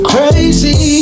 Crazy